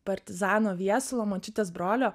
partizano viesulo močiutės brolio